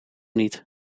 niet